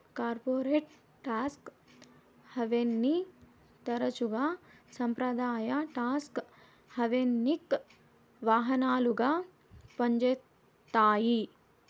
corporate tax హావెన్ని తరచుగా సంప్రదాయ టాక్స్ హావెన్కి వాహనాలుగా పంజేత్తాయి